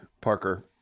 Parker